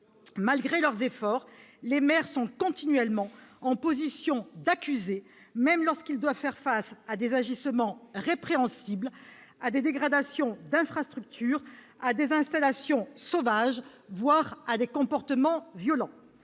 Malgré leurs efforts, les maires sont continuellement en position d'accusés, même lorsqu'ils doivent faire face à des agissements répréhensibles, à des dégradations d'infrastructures, à des installations sauvages, voire à des comportements violents.